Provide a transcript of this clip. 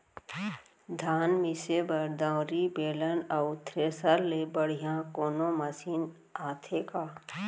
धान मिसे बर दंवरि, बेलन अऊ थ्रेसर ले बढ़िया कोनो मशीन आथे का?